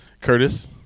Curtis